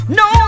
no